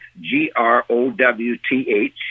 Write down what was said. G-R-O-W-T-H